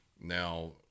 Now